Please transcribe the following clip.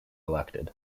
elected